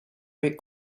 wait